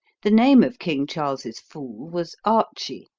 the name of king charles's fool was archy.